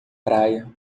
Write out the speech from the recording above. praia